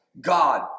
God